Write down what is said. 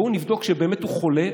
בואו נבדוק שהוא באמת חולה,